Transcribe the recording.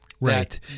Right